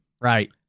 Right